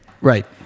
right